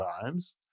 times